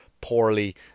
poorly